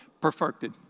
Perfected